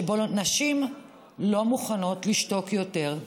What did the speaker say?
שבו נשים לא מוכנות לשתוק יותר,